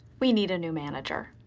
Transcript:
we need a new manager.